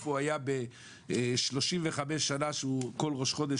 איפה הוא היה ב-35 שנה שהוא כל ראש חודש,